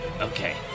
okay